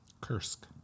Kursk